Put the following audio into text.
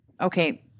okay